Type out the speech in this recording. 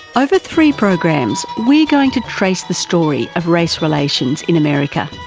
over three programs we are going to trace the story of race relations in america,